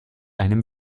einem